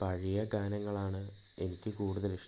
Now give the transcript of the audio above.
പഴയ ഗാനങ്ങളാണ് എനിക്ക് കൂടുതലിഷ്ടം